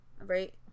Right